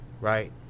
Right